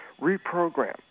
reprogram